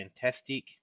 fantastic